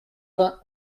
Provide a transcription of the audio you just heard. vingt